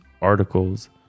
articles